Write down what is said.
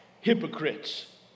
hypocrites